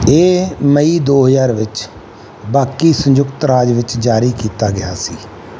ਇਹ ਮਈ ਦੋ ਹਜ਼ਾਰ ਵਿੱਚ ਬਾਕੀ ਸੰਯੁਕਤ ਰਾਜ ਵਿੱਚ ਜਾਰੀ ਕੀਤਾ ਗਿਆ ਸੀ